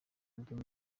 ryo